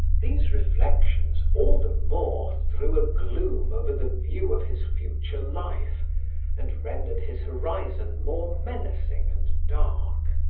these reflections all the more threw a gloom over the view of his future life and rendered his horizon more menacing and dark.